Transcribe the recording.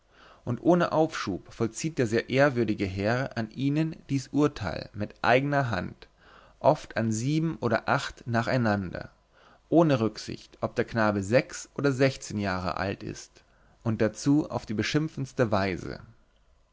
und ohne aufschub vollzieht der sehr ehrwürdige herr an ihnen dies urteil mit eigener hand oft an sieben oder acht nacheinander ohne rücksicht ob der knabe sechs oder sechzehn jahre alt ist und dazu auf die beschimpfendste weise